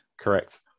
Correct